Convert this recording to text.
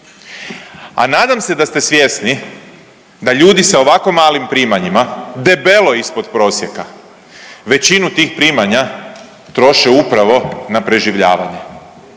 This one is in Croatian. a nadam se da ste svjesni da ljudi sa ovako malim primanjima, debelo ispod prosjeka, većinu tih primanja troše upravo na preživljavanje,